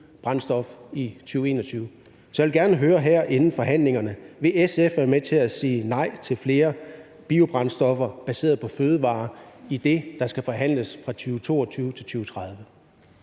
biobrændstof i 2021. Så jeg vil gerne høre her inden forhandlingerne: Vil SF være med til at sige nej til flere biobrændstoffer baseret på fødevarer i det, der skal forhandles fra 2022 til 2030?